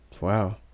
Wow